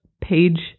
page